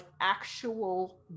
actual